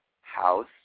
house